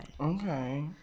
Okay